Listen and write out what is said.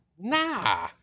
Nah